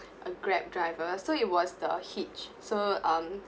a grab driver so it was the hitch so um